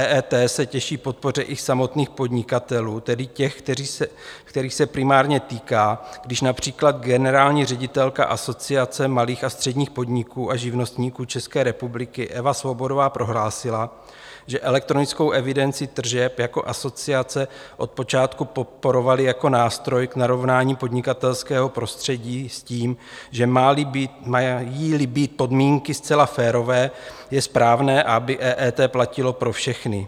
EET se těší podpoře i u samotných podnikatelů, tedy těch, kterých se primárně týká, když například generální ředitelka Asociace malých a středních podniků a živnostníků České republiky Eva Svobodová prohlásila, že elektronickou evidenci tržeb jako asociace od počátku podporovali jako nástroj k narovnání podnikatelského prostředí s tím, že majíli být podmínky zcela férové, je správné, aby EET platilo pro všechny.